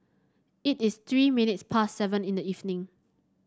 it is three minutes past seven in the evening